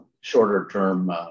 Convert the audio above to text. shorter-term